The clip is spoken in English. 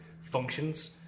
functions